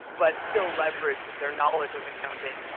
but still leverage their knowledge of accounting.